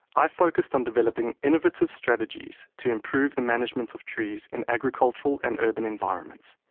i focused on developing innovative strategies to improve the management of trees in agricultural and urban environments.